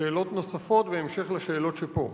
שאלות נוספות בהמשך לשאלות שפה.